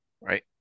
right